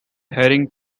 heading